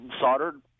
soldered